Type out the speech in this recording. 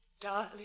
Darling